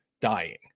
dying